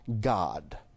God